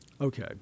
Okay